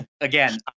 again